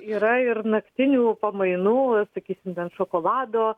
yra ir naktinių pamainų sakysim ten šokolado